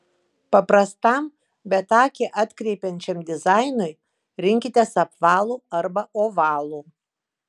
paprastam bet akį atkreipiančiam dizainui rinkitės apvalų arba ovalų